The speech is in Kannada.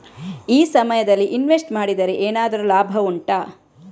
ಈ ಸಮಯದಲ್ಲಿ ಇನ್ವೆಸ್ಟ್ ಮಾಡಿದರೆ ಏನಾದರೂ ಲಾಭ ಉಂಟಾ